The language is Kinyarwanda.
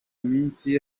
minsi